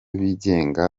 bigenga